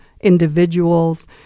individuals